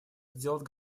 сделать